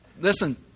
Listen